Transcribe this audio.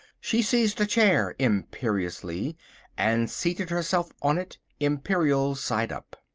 she seized a chair imperiously and seated herself on it, imperial side up.